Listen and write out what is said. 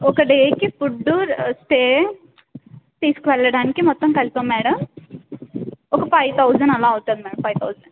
ఒక డేకి food stay తీసుకుని వెళ్ళడానికి మొత్తం కలిపా మేడం ఒక ఫైవ్ థౌజండ్ అలా అవుతుంది మ్యామ్ ఫైవ్ థౌజండ్